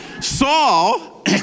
Saul